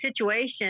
situation